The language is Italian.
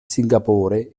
singapore